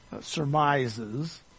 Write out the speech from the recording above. surmises